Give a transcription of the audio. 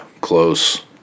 close